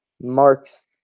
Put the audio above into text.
marks